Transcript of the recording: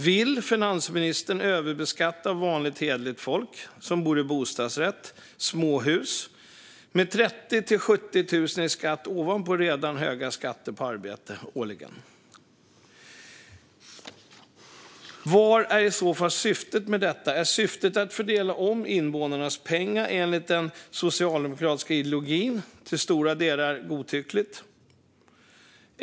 Vill finansministern överbeskatta vanligt hederligt folk som bor i bostadsrätt eller småhus med 30 000-70 000 årligen ovanpå redan höga skatter på arbete? Vad är i så fall syftet med detta? Är det att omfördela invånarnas pengar enligt den socialdemokratiska ideologin, till stora delar godtyckligt?